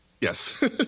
Yes